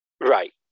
Right